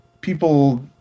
people